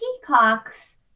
peacocks